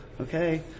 okay